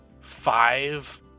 five